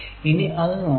ഇനി അത് നോക്കാം